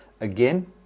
again